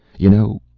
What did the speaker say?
you know,